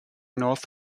north